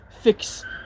fix